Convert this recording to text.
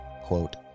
quote